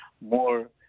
more